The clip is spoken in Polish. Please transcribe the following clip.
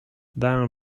dałem